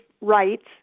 rights